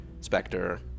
Spectre